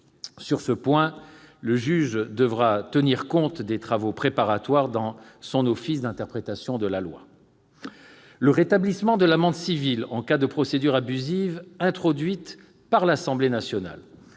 Sur ce point, le juge devra tenir compte des travaux préparatoires dans son office d'interprétation de la loi. L'amende civile en cas de procédure abusive, introduite par l'Assemblée nationale,